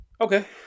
Okay